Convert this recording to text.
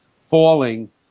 falling